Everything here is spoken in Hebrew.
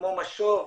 כמו משוב,